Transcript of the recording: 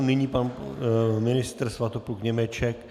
Nyní pan ministr Svatopluk Němeček.